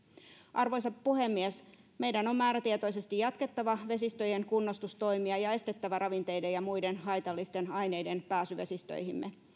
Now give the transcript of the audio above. arvoisa puhemies meidän on määrätietoisesti jatkettava vesistöjen kunnostustoimia ja estettävä ravinteiden ja muiden haitallisten aineiden pääsy vesistöihimme